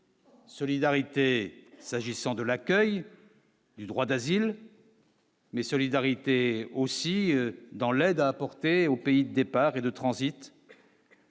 Solidarité s'agissant de l'accueil du droit d'asile. Mais solidarité aussi dans l'aide à apporter aux pays de Transit.